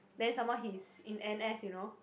then someone he's in n_s you know